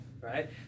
right